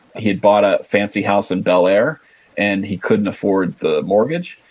he had bought a fancy house in bel air and he couldn't afford the mortgage.